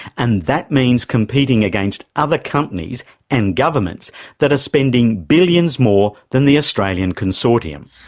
and that means competing against other companies and governments that are spending billions more than the australian consortium.